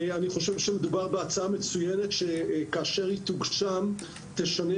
כאשר הצעת החוק המצוינת הזו תוגשם היא תשנה